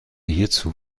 hierzu